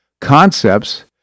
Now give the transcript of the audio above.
concepts